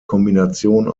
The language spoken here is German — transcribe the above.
kombination